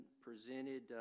presented